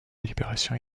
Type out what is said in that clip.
libération